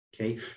okay